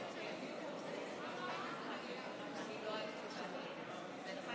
רציתי להשיב לו שאם הוא היה מסתכל במילון בהגדרת המילה "נוכל",